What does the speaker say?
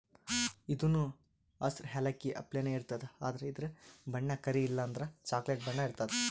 ಇದೂನು ಹಸ್ರ್ ಯಾಲಕ್ಕಿ ಅಪ್ಲೆನೇ ಇರ್ತದ್ ಆದ್ರ ಇದ್ರ್ ಬಣ್ಣ ಕರಿ ಇಲ್ಲಂದ್ರ ಚಾಕ್ಲೆಟ್ ಬಣ್ಣ ಇರ್ತದ್